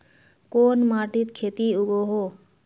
कोन माटित खेती उगोहो?